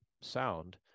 sound